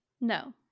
No